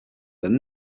than